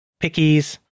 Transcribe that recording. Pickies